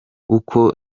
uko